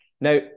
Now